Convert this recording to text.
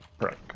Right